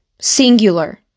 Singular